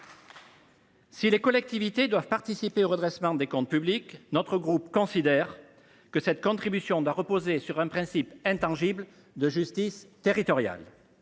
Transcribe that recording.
Si les collectivités doivent participer au redressement des comptes publics, notre groupe considère qu’il faut que cette contribution repose sur un principe intangible de justice territoriale.